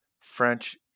French